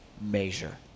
measure